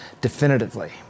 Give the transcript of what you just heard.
definitively